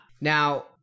Now